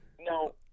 No